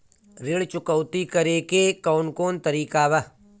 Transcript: ऋण चुकौती करेके कौन कोन तरीका बा?